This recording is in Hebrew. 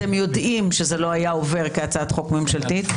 אתם יודעים שזה לא היה עובר כהצעת חוק ממשלתית,